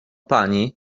pani